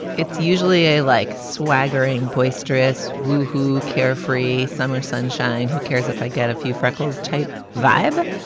it's usually a like swaggering, boisterous, woo hoo, carefree summer sunshine. who cares if i get a few freckles type vibe?